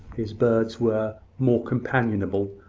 his birds were more companionable,